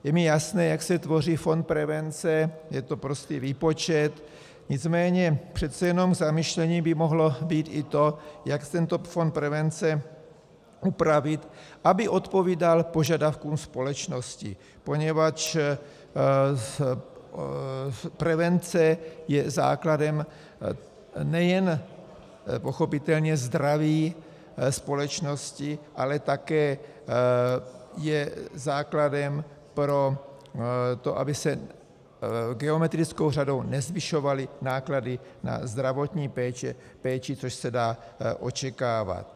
Je mi jasné, jak se tvoří fond prevence, je to prostě výpočet, nicméně přece jen k zamyšlení by mohlo být i to, jak tento fond prevence upravit, aby odpovídal požadavkům společnosti, poněvadž prevence je základem nejen pochopitelně zdraví společnosti, ale také je základem pro to, aby se geometrickou řadou nezvyšovaly náklady na zdravotní péči, což se dá očekávat.